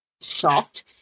shocked